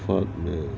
partner